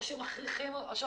או שמכריחים אותי?